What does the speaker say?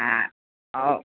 आ आब